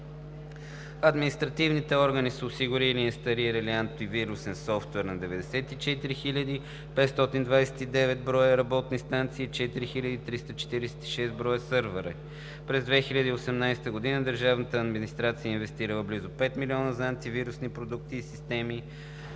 Административните органи са осигурили и инсталирали антивирусен софтуер на 94 529 броя работни станции и на 4346 броя сървъра. През 2018 г. държавната администрация е инвестирала близо 5 млн. лв. за антивирусни продукти и системи,